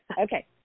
Okay